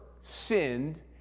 sinned